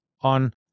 on